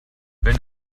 wenn